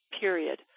Period